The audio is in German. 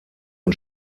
und